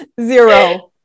zero